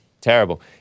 Terrible